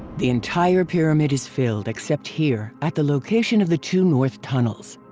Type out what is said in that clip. the entire pyramid is filled except here, at the location of the two north tunnels.